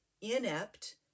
inept